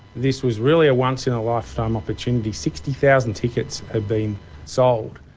this was really a once-in-a-lifetime opportunity, sixty thousand tickets have been sold.